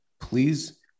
Please